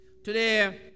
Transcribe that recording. Today